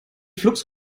flux